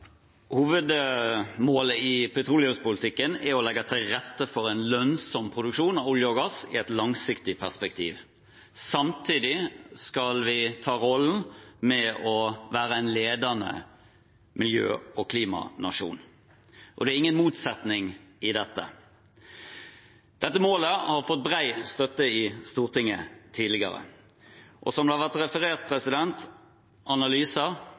Hovedmålet i petroleumspolitikken er å legge til rette for en lønnsom produksjon av olje og gass i et langsiktig perspektiv. Samtidig skal vi ta rollen med å være en ledende miljø- og klimanasjon, og det er ingen motsetning i dette. Dette målet har fått bred støtte i Stortinget tidligere. Som det har vært referert